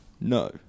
No